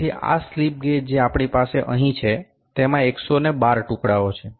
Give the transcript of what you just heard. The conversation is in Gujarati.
તેથી આ સ્લિપ ગેજ જે આપણી પાસે અહીં છે તેમાં 112 ટુકડાઓ છે